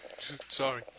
sorry